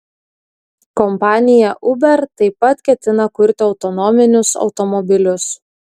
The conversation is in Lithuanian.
kompanija uber taip pat ketina kurti autonominius automobilius